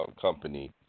company